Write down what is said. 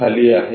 खाली आहे